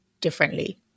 differently